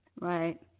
Right